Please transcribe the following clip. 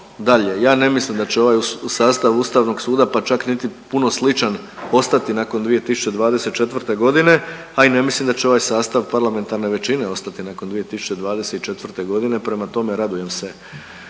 dalje. Ja ne mislim da će ovaj sastav Ustavnog suda pa čak niti puno sličan ostati nakon 2024. godine, a i ne mislim da će ovaj sastav parlamentarne većine ostati nakon 2024. godine. Prema tome, radujem se